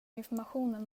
informationen